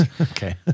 Okay